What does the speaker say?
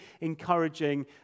encouraging